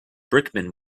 brickman